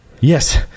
Yes